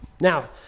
Now